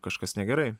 kažkas negerai